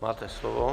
Máte slovo.